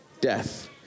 death